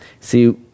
See